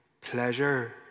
pleasure